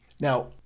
Now